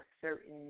certain